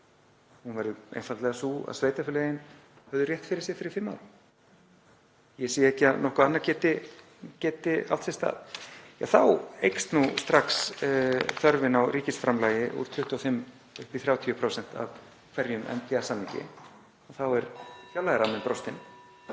Hún verður einfaldlega sú að sveitarfélögin höfðu rétt fyrir sér fyrir fimm árum. Ég sé ekki að nokkuð annað geti átt sér stað. Þá eykst nú strax þörfin á ríkisframlagi úr 25 í 30% af hverjum NPA-samningi og þá er fjárlagaramminn brostinn.